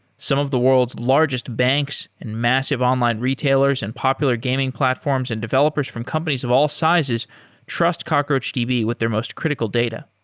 some of the world's largest banks and massive online retailers and popular gaming platforms and developers from companies of all sizes trust cockroachdb with with their most critical data.